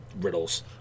riddles